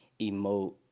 emote